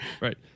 Right